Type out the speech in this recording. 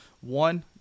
One